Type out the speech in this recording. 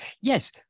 Yes